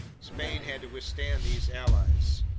spain had to withstand these allies.